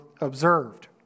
observed